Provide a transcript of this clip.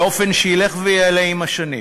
באופן שילך ויעלה עם השנים.